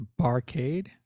Barcade